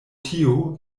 tio